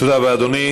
תודה רבה, אדוני.